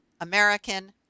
American